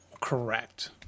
Correct